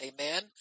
amen